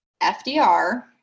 FDR